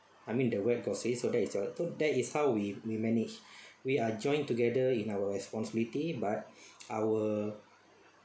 I mean the wed got say so that is your so that is how we manage we are join together in our responsibility but our